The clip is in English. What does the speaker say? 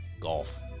golf